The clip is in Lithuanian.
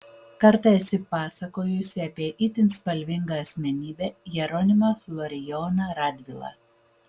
kartą esi pasakojusi apie itin spalvingą asmenybę jeronimą florijoną radvilą